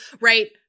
right